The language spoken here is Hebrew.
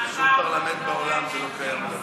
בשום פרלמנט בעולם זה לא קיים.